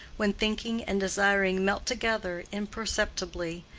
when thinking and desiring melt together imperceptibly,